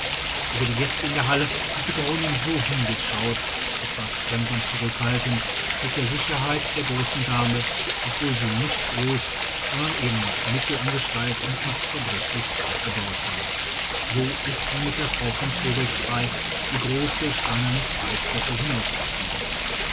über die gäste in der halle hat die baronin so hingeschaut etwas fremd und zurückhaltend mit der sicherheit der großen dame obwohl sie nicht groß sondern eben noch mittel an gestalt und fast zerbrechlich zart gebaut war so ist sie mit der frau von vogelschrey die große steinerne